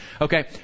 Okay